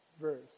verse